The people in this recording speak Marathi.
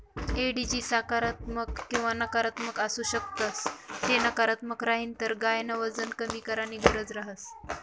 एडिजी सकारात्मक किंवा नकारात्मक आसू शकस ते नकारात्मक राहीन तर गायन वजन कमी कराणी गरज रहस